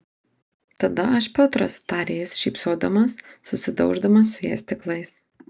tada aš piotras tarė jis šypsodamas susidauždamas su ja stiklais